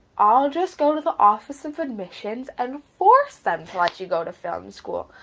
i'll just go to the office of admissions and force them to let you go to film school!